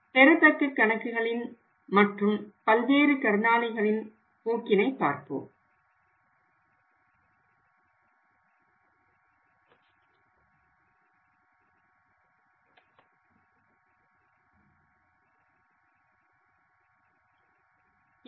பெறத்தக்க கணக்குகள் மற்றும் பல்வேறு கடனாளிகள் பற்றிய போக்கினை பார்ப்போம்